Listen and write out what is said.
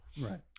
Right